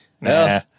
Nah